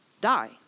die